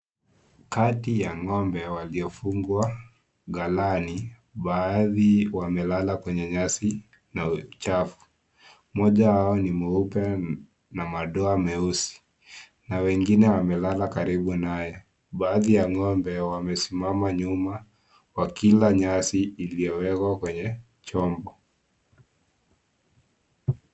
Kati ya ngombe waliofungwa galani baadhi wame lala kwenye nyasi, na uchafu, mmoja wao ni mweupe na madoa meusi, na wengine wamelala karibu naye, baadhi ya ngombe wamesimama nyuma wakila nyasi iliowekwa kwenye chombo.